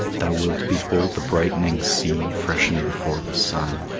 thou wilt behold the brightening sea freshen before the sun,